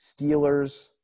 Steelers